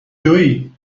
جویی